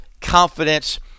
confidence